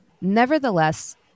Nevertheless